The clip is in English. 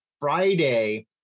Friday